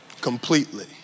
completely